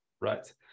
right